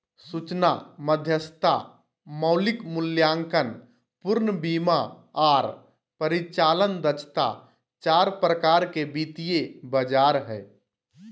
सूचना मध्यस्थता, मौलिक मूल्यांकन, पूर्ण बीमा आर परिचालन दक्षता चार प्रकार के वित्तीय बाजार हय